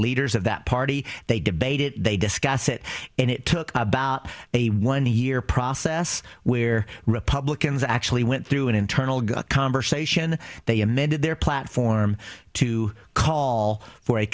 leaders of that party they debate it they discuss it and it took about a one year process where republicans actually went through an internal good conversation they amended their platform to call for a